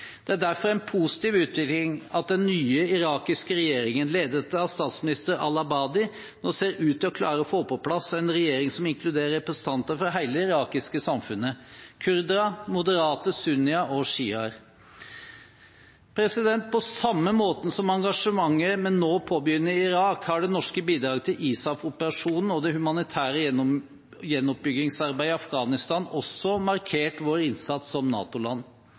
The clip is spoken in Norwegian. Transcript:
Det er derfor en positiv utvikling at den nye irakiske regjeringen, ledet av statsminister al-Abadi, nå ser ut til å klare å få på plass en regjering som inkluderer representanter fra hele det irakiske samfunnet – kurdere, moderate sunnier og sjiaer. På samme måte som engasjementet vi nå påbegynner i Irak, har det norske bidraget til ISAF-operasjonen og det humanitære gjenoppbyggingsarbeidet i Afghanistan også markert vår innsats som